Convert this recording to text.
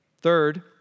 Third